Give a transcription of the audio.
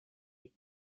est